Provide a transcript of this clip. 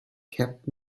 kept